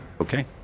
Okay